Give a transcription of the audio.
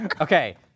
Okay